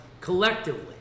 collectively